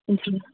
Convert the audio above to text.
जी